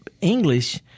English—